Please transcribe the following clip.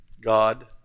God